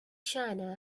china